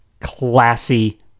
classy